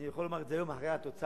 אני יכול לומר את זה היום אחרי התוצאה,